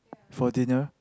for dinner